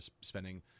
spending